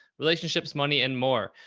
relationships, money, and more.